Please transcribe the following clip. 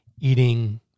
eating